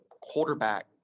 quarterback